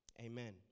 amen